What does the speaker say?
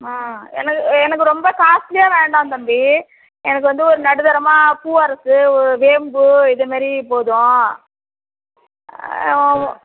ஆ எனக்கு எனக்கு ரொம்ப காஸ்ட்லியாக வேண்டாம் தம்பி எனக்கு வந்து ஒரு நடுத்தரமாக பூவரசு வேம்பு இதுமாரி போதும்